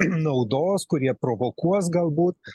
naudos kurie provokuos galbūt